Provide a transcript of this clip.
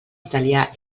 italià